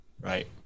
Right